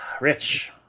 Rich